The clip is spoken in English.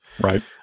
right